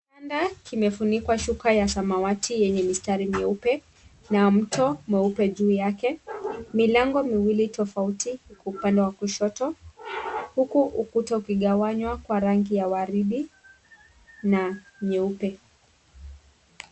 Kitanda kimefunikwa shuka ya samawati yenye mistari meupe na mto mweupe juu yake. Milango miwili tofauti iko upande wa kushoto huku ukuta ukigawanywa kwa rangi ya waridi na nyeupe.